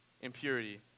impurity